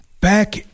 back